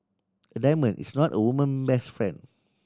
a diamond is not a woman best friend